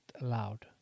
allowed